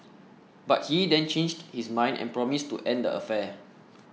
but he then changed his mind and promised to end the affair